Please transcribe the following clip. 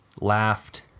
laughed